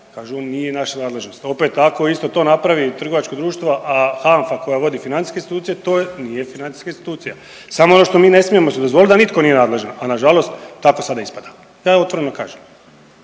kažu nije naša nadležnost. Opet ako isto to napravi trgovačko društvo, a HANFA koja vodi financijske institucije, to nije financijska institucija. Samo ono što mi ne smijemo si dozvolit da nitko nije nadležan, a nažalost tako sada ispada. Ja otvoreno kažem,